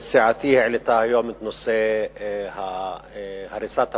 סיעתי העלתה היום את נושא הריסת הבתים,